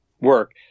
work